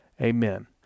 Amen